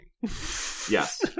Yes